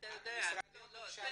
--- הבעיה שלי היא שזה